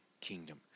kingdom